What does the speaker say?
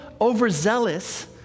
overzealous